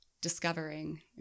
discovering